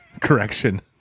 correction